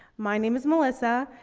my name is melissa,